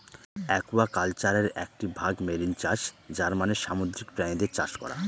একুয়াকালচারের একটি ভাগ মেরিন চাষ যার মানে সামুদ্রিক প্রাণীদের চাষ করা